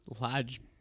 large